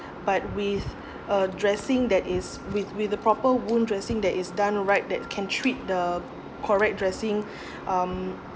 but with a dressing that is with with the proper wound dressing that is done right that can treat the correct dressing um